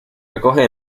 recoge